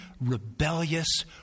rebellious